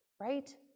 right